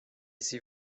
sie